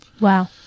Wow